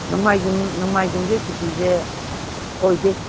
ꯅꯣꯡꯃꯥꯏꯖꯤꯡ ꯅꯣꯡꯃꯥꯏꯖꯤꯡꯁꯦ ꯁꯨꯇꯤꯁꯦ ꯑꯣꯏꯗꯦ